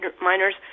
minors